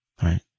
right